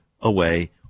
away